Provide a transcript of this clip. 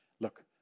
look